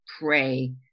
pray